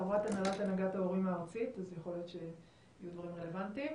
חברת הנהלת ההורים הארצית אז יכול להיות שיהיו דברים רלוונטיים.